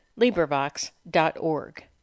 LibriVox.org